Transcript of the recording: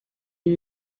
ibi